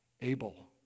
Abel